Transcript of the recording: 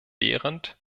behrendt